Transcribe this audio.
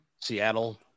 Seattle